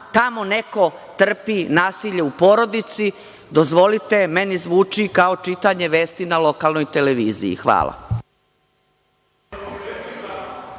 tamo neko trpi nasilje u porodici, dozvolite, meni zvuči kao čitanje vesti na lokalnoj televiziji.(Boško